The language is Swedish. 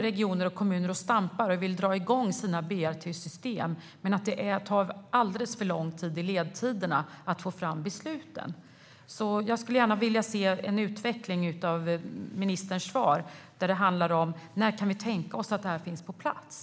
Regioner och kommuner står och stampar och vill dra igång sina BRT-system, men det tar alldeles för lång tid att få fram besluten. Ledtiderna är för långa. Jag skulle gärna vilja höra en utveckling av ministerns svar. När kan vi tänka oss att det här finns på plats?